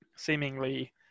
seemingly